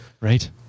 Right